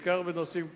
בעיקר בנושאים קריטיים,